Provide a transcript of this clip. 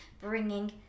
bringing